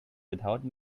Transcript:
without